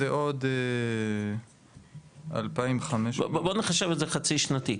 זה עוד 2,500 --- בוא נחשב את זה חצי שנתי.